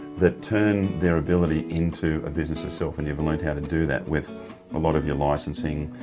that turn their ability into a business itself. and you've learned how to do that with a lot of your licensing,